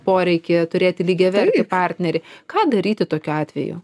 poreikį turėti lygiavertį partnerį ką daryti tokiu atveju